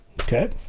Okay